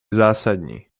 zásadní